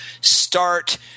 start